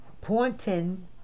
Pointing